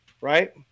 Right